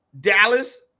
Dallas